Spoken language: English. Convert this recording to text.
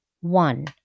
One